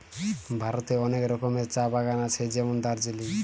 ভারতে অনেক রকমের চা বাগান আছে যেমন দার্জিলিং